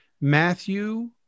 Matthew